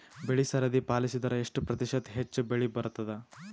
ಬೆಳಿ ಸರದಿ ಪಾಲಸಿದರ ಎಷ್ಟ ಪ್ರತಿಶತ ಹೆಚ್ಚ ಬೆಳಿ ಬರತದ?